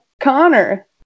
Connor